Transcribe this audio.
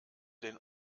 den